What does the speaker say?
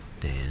Dan